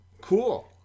Cool